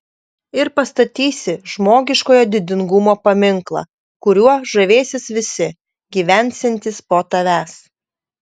ir pastatysi žmogiškojo didingumo paminklą kuriuo žavėsis visi gyvensiantys po tavęs